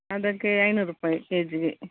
ಅದಕ್ಕೆ ಐನೂರು ರೂಪಾಯಿ ಕೆ ಜಿಗೆ